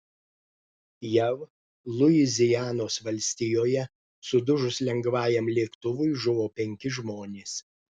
jav luizianos valstijoje sudužus lengvajam lėktuvui žuvo penki žmonės